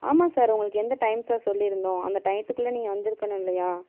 ஆமாம் சார் உங்களுக்கு எந்த டைம் சார் சொல்லிருந்தோம் அந்த டையத்துக்குள்ளே நீங்கள் வந்துருக்கணும் இல்லையா